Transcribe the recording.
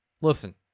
Listen